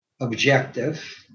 objective